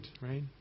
right